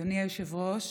אדוני היושב-ראש,